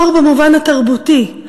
אור במובן התרבותי,